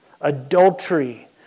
adultery